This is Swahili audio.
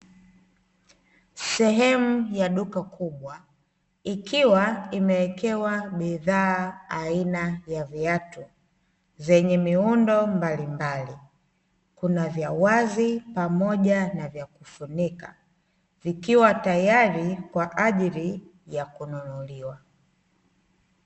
Sehemu ya duka kubwa, ikiwa imewekewa bidhaa aina ya viatu, zenye miundo mbalimbali, kuna vya wazi pamoja na vya kufunika, vikiwa tayari kwa ajili ya kununuliwa.